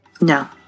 No